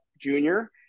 junior